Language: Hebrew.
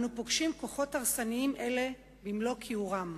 אנו פוגשים כוחות הרסניים אלה במלוא כיעורם.